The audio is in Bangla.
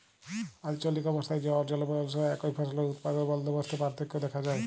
আলচলিক অবস্থাল অ জলবায়ু অলুসারে একই ফসলের উৎপাদল বলদবস্তে পার্থক্য দ্যাখা যায়